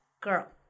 girl